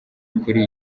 kuri